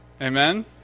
Amen